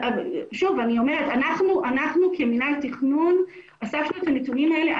אנחנו כמינהל התכנון אספנו את הנתונים האלה.